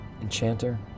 Enchanter